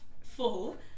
full